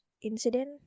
incident